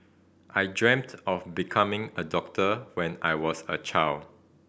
I dreamt of becoming a doctor when I was a child